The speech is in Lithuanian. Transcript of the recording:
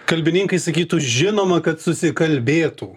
kalbininkai sakytų žinoma kad susikalbėtų